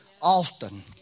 often